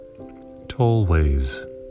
tollways